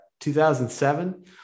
2007